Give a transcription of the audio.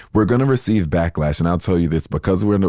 we're gonna receive backlash and i'll tell you this because we're,